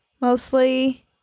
mostly